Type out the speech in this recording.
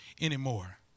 anymore